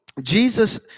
Jesus